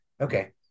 Okay